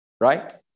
Right